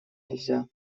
нельзя